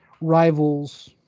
rivals